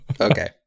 Okay